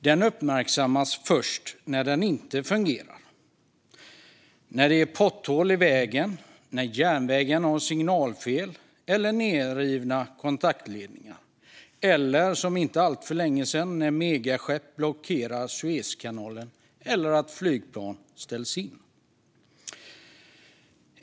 Den uppmärksammas först när den inte fungerar - när det är potthål i vägen, när järnvägen har signalfel eller nedrivna kontaktledningar, när, som för inte alltför länge sedan, ett megaskepp blockerar Suezkanalen eller när flyg ställs in.